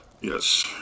Yes